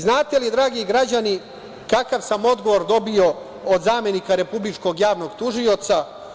Znate li, dragi građani, kakav sam odgovor dobio od zamenika Republičkog javnog tužioca?